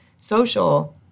social